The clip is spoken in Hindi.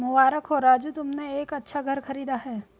मुबारक हो राजू तुमने एक अच्छा घर खरीदा है